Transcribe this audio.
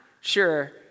sure